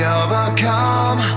overcome